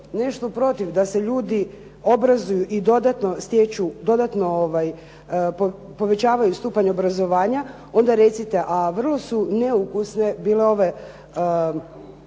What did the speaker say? nešto protiv da se ljudi obrazuju i dodatno povećavaju stupanj obrazovanja onda recite, a vrlo su neukusne bile ove